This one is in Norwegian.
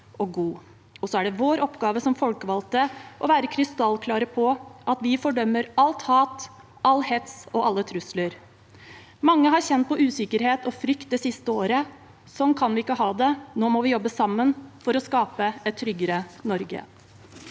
og så er det vår oppgave som folkevalgte å være krystallklare på at vi fordømmer alt hat, all hets og alle trusler. Mange har kjent på usikkerhet og frykt det siste året. Sånn kan vi ikke ha det. Nå må vi jobbe sammen for å skape et tryggere Norge.